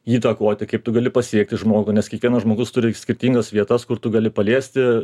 įtakoti kaip tu gali pasiekti žmogų nes kiekvienas žmogus turi skirtingas vietas kur tu gali paliesti